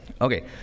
Okay